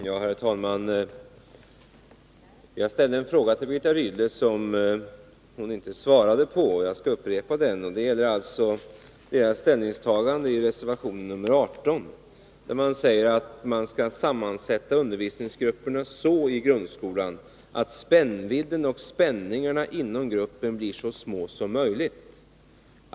Herr talman! Jag ställde en fråga till Birgitta Rydle som hon inte svarade på, och jag skall upprepa den. Den gäller moderaternas ställningstagande i reservation nr 18, där de säger att undervisningsgrupperna i grundskolan bör sammansättas så, att spännvidden och spänningarna inom gruppen blir så små som möjligt.